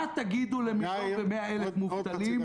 -- מה תגידו ל- 1.1 מיליון מובטלים?